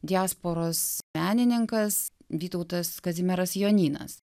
diasporos menininkas vytautas kazimieras jonynas